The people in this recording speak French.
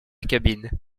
cabine